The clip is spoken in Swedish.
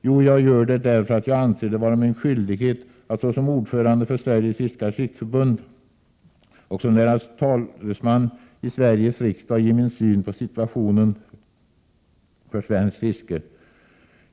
Jo, jag gör det därför att jag anser det vara min skyldighet att såsom ordförande för Sveriges fiskares riksförbund och som dess talesman i Sveriges riksdag ge min syn på situationen för svenskt fiske.